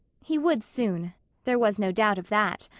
he would soon there was no doubt of that.